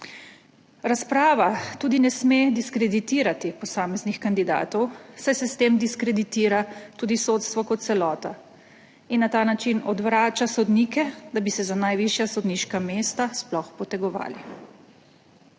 Razprava tudi ne sme diskreditirati posameznih kandidatov, saj se s tem diskreditira tudi sodstvo kot celota in na ta način odvrača sodnike, da bi se za najvišja sodniška mesta sploh potegovali.